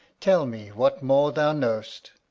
tell me what more thou know'st.